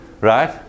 right